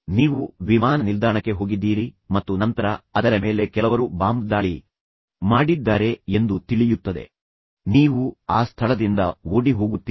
ನೀವು ವಿಮಾನ ನಿಲ್ದಾಣಕ್ಕೆ ಹೋಗಿದ್ದೀರಿ ಮತ್ತು ನಂತರ ಅದರ ಮೇಲೆ ಕೆಲವರು ಬಾಂಬ್ ದಾಳಿ ಮಾಡಿದ್ದಾರೆ ಎಂದು ನಿಮಗೆ ತಿಳಿಯುತ್ತದೆ ಆದ್ದರಿಂದ ನೀವು ಆ ಸ್ಥಳದಿಂದ ಓಡಿಹೋಗುತ್ತೀರಿ